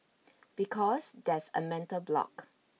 because there's a mental block